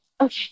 Okay